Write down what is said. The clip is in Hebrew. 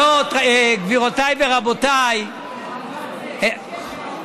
אתה תהיה בשקט, עד שיהיה שקט פה.